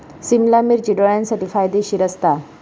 सिमला मिर्ची डोळ्यांसाठी फायदेशीर असता